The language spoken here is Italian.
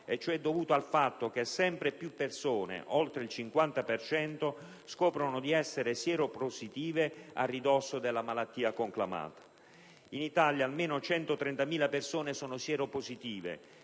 e ciò è dovuto al fatto che sempre più persone (oltre il 50 per cento) scoprono di essere sieropositive a ridosso della malattia conclamata. In Italia almeno 130.000 persone sono sieropositive,